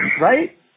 right